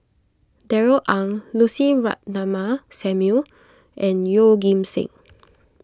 Darrell Ang Lucy Ratnammah Samuel and Yeoh Ghim Seng